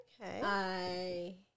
Okay